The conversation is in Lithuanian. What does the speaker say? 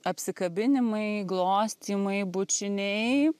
apsikabinimai glostymai bučiniai